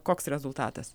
koks rezultatas